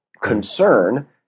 concern